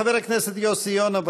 חבר הכנסת יוסי יונה,